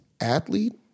athlete